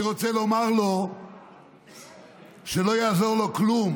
אני רוצה לומר לו שלא יעזור לו כלום.